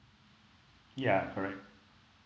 ya correct